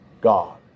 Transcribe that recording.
God